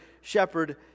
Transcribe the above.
shepherd